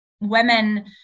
women